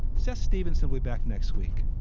seth stevenson will be back next week.